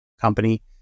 company